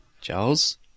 Charles